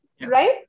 right